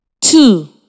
two